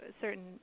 certain